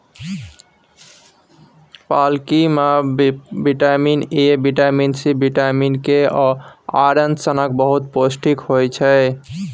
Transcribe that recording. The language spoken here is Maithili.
पलांकी मे vitamin A, vitamin C, vitamin K आ आइरन सनक बहुत पौष्टिक होइ छै